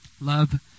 Love